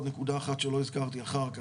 עוד נקודה אחת שלא הזכרתי אחר כך,